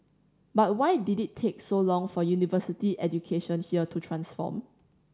but why did it take so long for university education here to transform